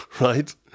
right